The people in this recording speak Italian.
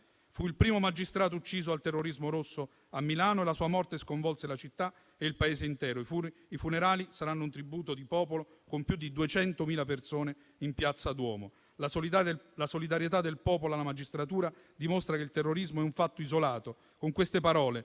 Fu il primo magistrato ucciso dal terrorismo rosso a Milano e la sua morte sconvolse la città e il Paese intero. I funerali saranno un tributo di popolo, con più di 200.000 persone in Piazza Duomo. "La solidarietà del popolo alla magistratura dimostra che il terrorismo è un fatto isolato": con queste parole